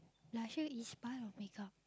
blusher is part of make-up